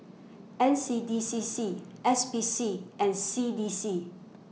N C D C C S P C and C D C